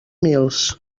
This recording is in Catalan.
mils